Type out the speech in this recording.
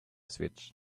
switch